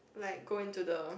like go into the